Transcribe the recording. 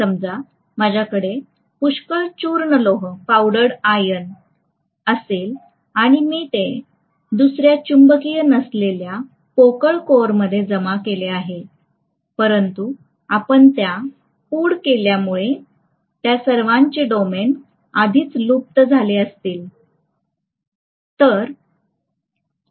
समजा माझ्याकडे पुष्कळ चूर्ण लोह असेल आणि मी ते दुसर्या चुंबकीय नसलेल्या पोकळ कोअरमध्ये जमा केले आहे परंतु आपण त्या पुड केल्यामुळे त्या सर्वांचे डोमेन आधीच लुप्त झाले असतील